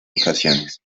ocasiones